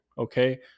Okay